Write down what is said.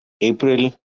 April